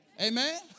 Amen